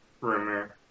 rumor